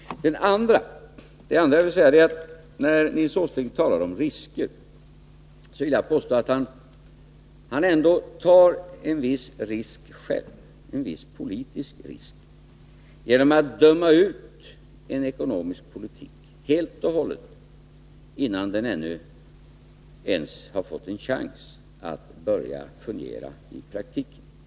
Det andra jag vill säga är att Nils Åsling, när han talar om risker, själv tar en viss risk, en viss politisk risk, genom att döma ut en ekonomisk politik helt och hållet innan den ännu ens har fått en chans att börja fungera i praktiken.